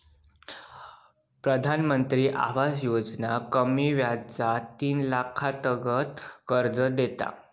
प्रधानमंत्री आवास योजना कमी व्याजार तीन लाखातागत कर्ज देता